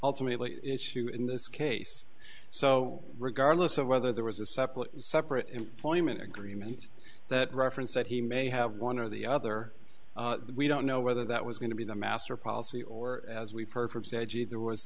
ultimately issue in this case so regardless of whether there was a separate separate employment agreement that referenced that he may have one or the other we don't know whether that was going to be the master policy or as we've heard from say gee there was